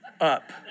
up